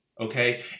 okay